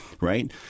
Right